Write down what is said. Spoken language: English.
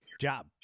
job